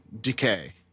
decay